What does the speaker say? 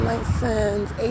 License